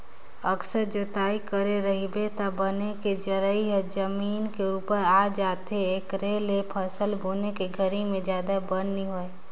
अकरस जोतई करे रहिबे त बन के जरई ह जमीन के उप्पर म आ जाथे, एखरे ले फसल बुने के घरी में जादा बन नइ होय